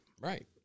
Right